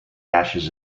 ashes